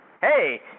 hey